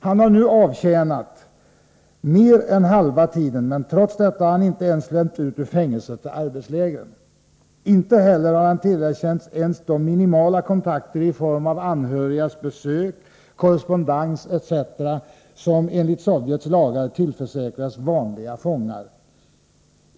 Han har nu avtjänat mer än halva tiden, men trots detta har han inte ens släppts ut ur fängelset till arbetslägret. Inte heller har han tillerkänts ens de minimala kontakter i form av anhörigas besök, korrespondens etc. som enligt Sovjets lagar tillförsäkras vanliga fångar.